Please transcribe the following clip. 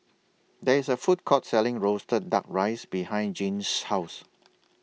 There IS A Food Court Selling Roasted Fuck Rice behind Gene's House